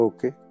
Okay